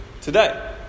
today